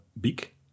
Beak